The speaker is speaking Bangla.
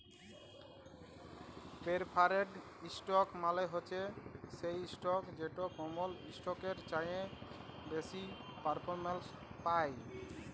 পেরফারেড ইসটক মালে হছে সেই ইসটক যেট কমল ইসটকের চাঁঁয়ে বেশি পেরফারেলস পায়